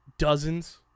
Dozens